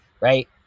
Right